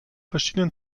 verschiedenen